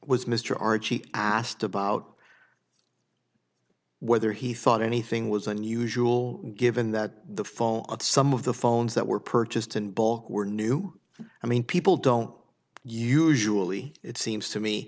was mr arch he asked about whether he thought anything was unusual given that the fall out some of the phones that were purchased in bulk were new i mean people don't usually it seems to me